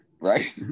right